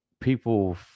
people